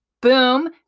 boom